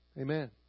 Amen